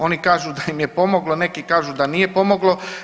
Oni kažu da im je pomoglo, neki kažu da nije pomoglo.